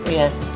yes